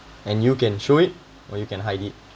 and you can show it or you can hide it